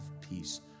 peace